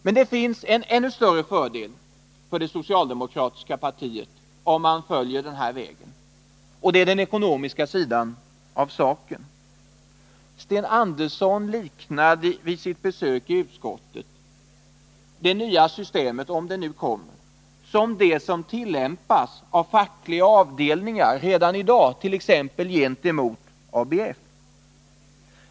Men det finns en ännu större fördel för det socialdemokratiska partiet om man följer denna väg, och det är den ekonomiska sidan av saken. Vid sitt besök i konstitutionsutskottet liknade Sten Andersson det nya systemet — om det nu kommer — vid de system som redan i dag tillämpas av fackliga avdelningar t.ex. gentemot ABF.